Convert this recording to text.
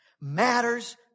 matters